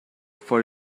for